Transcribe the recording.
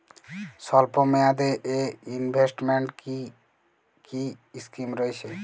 স্বল্পমেয়াদে এ ইনভেস্টমেন্ট কি কী স্কীম রয়েছে?